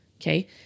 okay